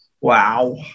Wow